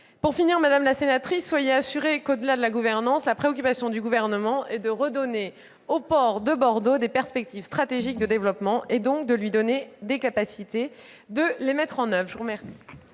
assurée, madame la sénatrice, que, au-delà de la gouvernance, la préoccupation du Gouvernement est de redonner au port de Bordeaux des perspectives stratégiques de développement et de lui donner les capacités de les mettre en oeuvre. La parole